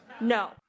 no